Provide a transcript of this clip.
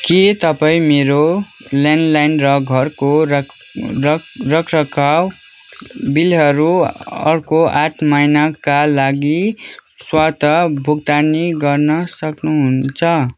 के तपाईँ मेरो ल्यान्डलाइन र घरको रखरखाव बिलहरू अर्को आठ महिनाका लागि स्वतः भुक्तानी गर्न सक्नुहुन्छ